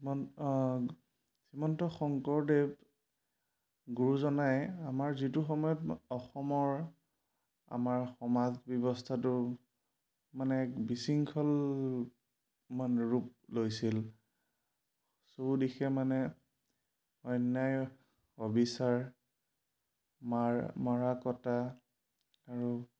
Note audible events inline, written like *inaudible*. শ্ৰীমন্ত শংকৰদেৱ গুৰুজনাই আমাৰ যিটো সময়ত *unintelligible* অসমৰ আমাৰ সমাজ ব্যৱস্থাটো মানে এক বিশৃংখল *unintelligible* ৰূপ লৈছিল চৌদিশে মানে অন্যায় অবিচাৰ মাৰ মৰা কটা আৰু